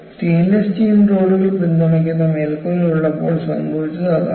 stainless steel റോഡുകൾ പിന്തുണയ്ക്കുന്ന മേൽക്കൂരയുള്ളപ്പോൾ സംഭവിച്ചത് അതാണ്